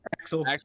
Axel